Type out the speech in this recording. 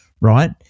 right